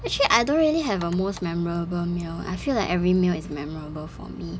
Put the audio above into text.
actually I don't really have a most memorable meal I feel like every meal is memorable for me